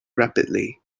rapidly